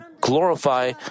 glorify